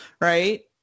right